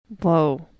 Whoa